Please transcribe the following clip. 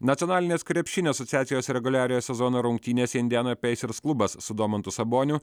nacionalinės krepšinio asociacijos reguliariojo sezono rungtynėse indiana peisers klubas su domantu saboniu